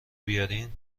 بیارین